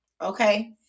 okay